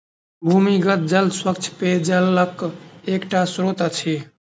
भूमिगत जल स्वच्छ पेयजलक एकटा स्त्रोत अछि